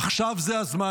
עכשיו זה הזמן.